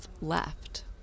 left